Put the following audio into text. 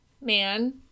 man